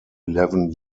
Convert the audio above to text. eleven